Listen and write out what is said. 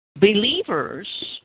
Believers